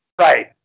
Right